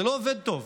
זה לא עובד טוב.